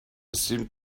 seemed